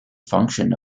function